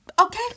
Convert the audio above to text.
Okay